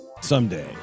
someday